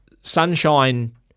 sunshine